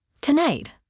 Tonight